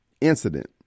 incident